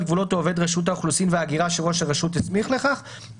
הגבולות או עובד רשות האוכלוסין וההגירה שהסמיך לכך ראש הרשות,